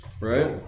right